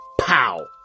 pow